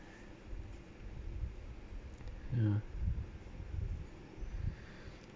mm